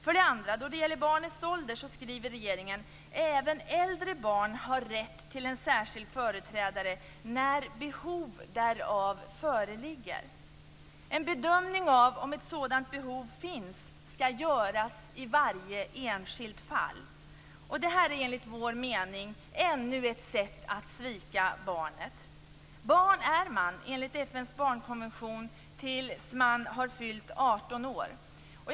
För det andra: Då det gäller barnets ålder skriver regeringen: Även äldre barn har rätt till en särskild företrädare när behov därav föreligger. En bedömning av om ett sådant behov finns ska göras i varje enskilt fall. Detta är enligt vår mening ännu ett sätt att svika barnet. Barn är man enligt FN:s barnkonvention tills man har fyllt 18 år.